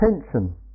attention